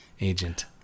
agent